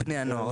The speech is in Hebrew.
זה.